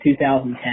2010